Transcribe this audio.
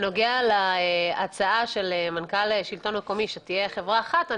בנוגע להצעה של מנכ"ל שלטון מקומי שתהיה חברה אחת,